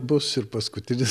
bus ir paskutinis